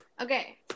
Okay